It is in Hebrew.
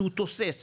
שהוא תוסס,